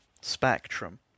spectrum